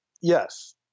Yes